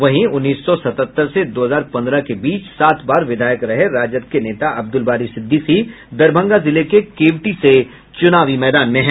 वहीं उन्नीस सौ सतहत्तर से दो हजार पन्द्रह के बीच सात बार विधायक रहे राजद के नेता अब्दुल बारी सिद्दिकी दरभंगा जिले के केवटी से चुनावी मैदान में हैं